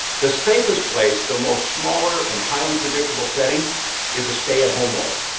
the safest place, the most smaller and highly predictable setting is a stay at home order,